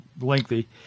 lengthy